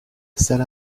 salle